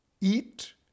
eat